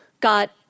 got